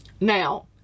Now